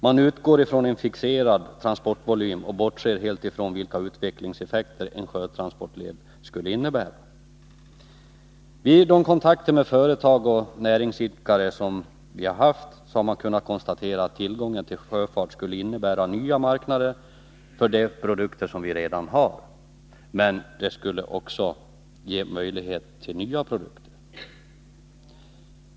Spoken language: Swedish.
Man utgår ifrån en fixerad transportvolym och bortser helt från vilka utvecklingseffekter en sjötransportled skulle innebära. Vid kontakter med företag och näringsidkare har kunnat konstateras att tillgång till sjöfart skulle innebära nya marknader för de produkter vi redan har, men också ge möjligheter att tillverka nya produkter.